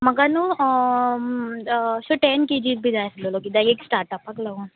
म्हाका न्हू अशें टॅन केजीक बी जाय आसलेलो किद्याक एक स्टार्टअपाक लागून